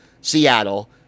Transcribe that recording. Seattle